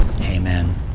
Amen